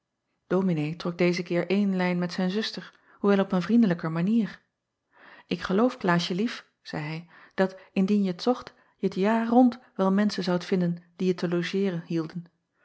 ominee trok deze keer eene lijn met zijn zuster hoewel op een vriendelijker manier k geloof laasje lief zeî hij dat indien je t zocht je t jaar rond wel menschen zoudt vinden die je te logeeren hielden